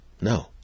No